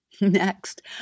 Next